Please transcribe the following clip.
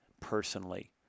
personally